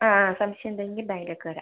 ആ സംശയമുണ്ടെങ്കിൽ ബാങ്കിലേക്ക് വരാം